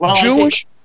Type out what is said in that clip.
Jewish